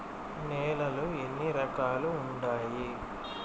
నేలలు ఎన్ని రకాలు వుండాయి?